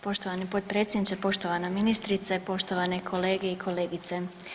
Poštovani potpredsjedniče, poštovana ministrice, poštovane kolege i kolegice.